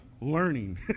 learning